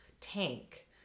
tank